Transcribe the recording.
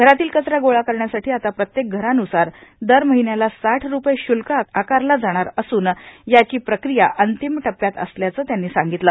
घरातील कचरा गोळा करण्यासाठी आता प्रत्येक घरान्सार दर महिन्याला साठ रूपए श्ल्क आकारला जाणार असून याची प्रक्रिया अंतिम टप्प्यात असल्याचं त्यांनी सांगितलं